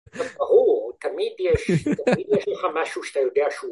ברור, תמיד יש לך משהו שאתה יודע שהוא.